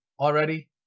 already